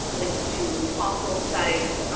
links to fossil sites,